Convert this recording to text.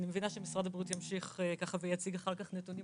אני מבינה שמשרד הבריאות ימשיך ויציג אחר כך נתונים